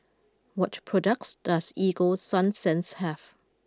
what products does Ego Sunsense have